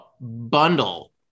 bundle